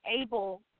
able